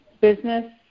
business